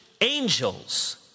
angels